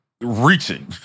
reaching